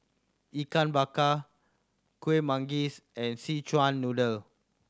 Ikan Bakar Kueh Manggis and Szechuan Noodle